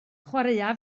chwaraea